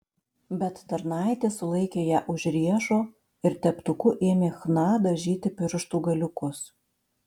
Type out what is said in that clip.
bet tarnaitė sulaikė ją už riešo ir teptuku ėmė chna dažyti pirštų galiukus